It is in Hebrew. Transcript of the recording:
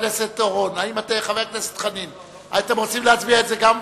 לחלופין הראשונה: מי בעד ההסתייגות, ירים את ידו.